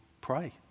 pray